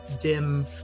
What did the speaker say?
dim